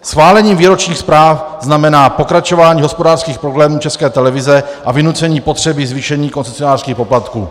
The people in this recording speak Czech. Schválení výročních zpráv znamená pokračování hospodářských problémů České televize a vynucení potřeby zvýšení koncesionářských poplatků.